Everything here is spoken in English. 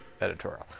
editorial